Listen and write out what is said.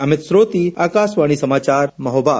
अमित श्रोतीय आकाशवाणी समाचार महोबा